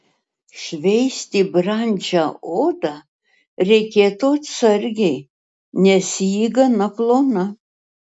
šveisti brandžią odą reikėtų atsargiai nes ji gana plona